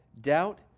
doubt